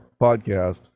podcast